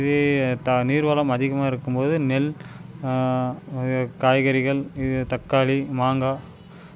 நீர்வளம் அதிகமாக இருக்கும் போது நெல் காய்கறிகள் இது தக்காளி மங்காய்